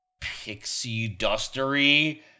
pixie-dustery